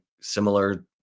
similar